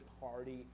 party